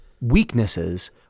weaknesses